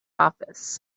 office